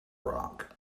rock